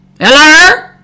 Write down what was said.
Hello